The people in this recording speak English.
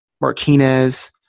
Martinez